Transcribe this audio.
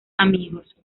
amigos